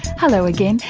hello again,